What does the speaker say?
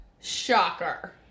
shocker